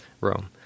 Rome